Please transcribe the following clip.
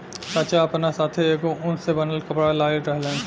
चाचा आपना साथै एगो उन से बनल कपड़ा लाइल रहन